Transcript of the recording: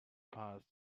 past